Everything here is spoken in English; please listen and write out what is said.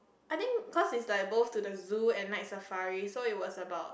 I think cause is like both to the zoo and Night-Safari so it was about